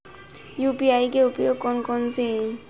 UPI के उपयोग कौन कौन से हैं?